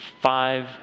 five